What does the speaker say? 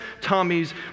Tommy's